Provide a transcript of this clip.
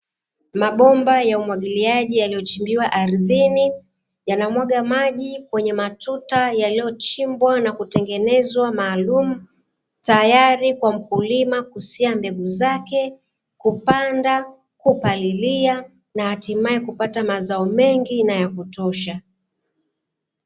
Mabomba ya umwagiliaji yaliyochimbiwa ardhini, yanamwaga maji kwenye matuta yaliyochimbwa na kutengenezwa maalumu tayari kwa mkulima kusia mbegu zake kupanda, kupalilia, na hatimae kupata mazao mengi na ya kutosha.